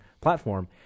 platform